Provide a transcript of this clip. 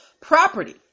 property